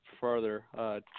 further